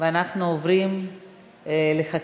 ואנחנו עוברים לחקיקה.